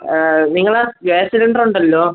നിങ്ങളുടെ gas cylinder ഉണ്ടല്ലോ